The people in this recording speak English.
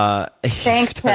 ah ah thanks, tim.